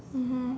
mmhmm